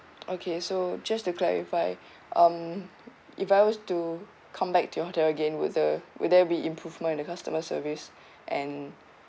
okay so just to clarify um if I was to come back to your hotel again with the will there be improvement in the customer service and